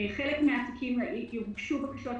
בחלק מן התיקים הוגשו בקשות,